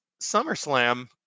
SummerSlam